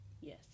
Yes